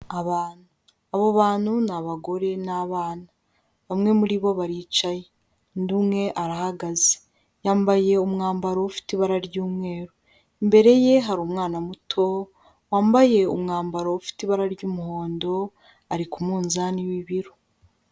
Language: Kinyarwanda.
Abantu abo bantu ni abagore n'abana, bamwe muri bo baricaye, undi umwe arahagaze, yambaye umwambaro ufite ibara ry'umweru, imbere ye hari umwana muto wambaye umwambaro ufite ibara ry'umuhondo, ari ku munzani w'ibiro.